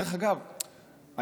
דרך אגב,